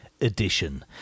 Edition